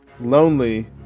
lonely